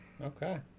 Okay